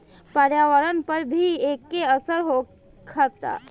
पर्यावरण पर भी एके असर होखता